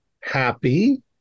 happy